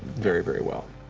very, very well.